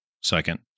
Second